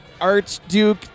Archduke